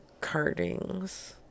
cardings